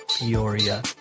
Peoria